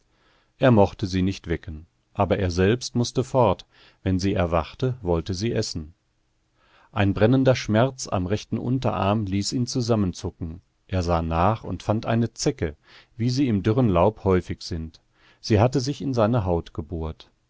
er mochte sie nicht wecken aber er selbst mußte fort wenn sie erwachte wollte sie essen ein brennender schmerz am rechten unterarm ließ ihn zusammenzucken er sah nach und fand eine zecke wie sie im dürren laub häufig sind sie hatte sich in seine haut gebohrt